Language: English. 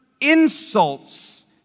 insults